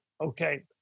Okay